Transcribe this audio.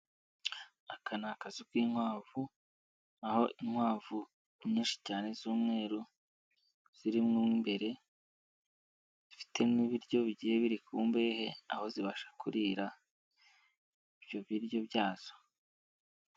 Aka ni akazu k'inkwavu, aho inkwavu nyinshi cyane z'umweru ziri mo imbere zifite n'ibiryo bigiye biri ku mbehe aho zibasha kurira ibyo biryo byazo.